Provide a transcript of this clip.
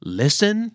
listen